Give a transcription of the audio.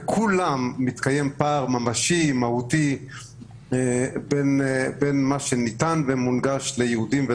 בכל אלו מתקיים פער מהותי בין הניתן לערבים לניתן ליהודים.